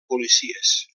policies